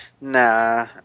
Nah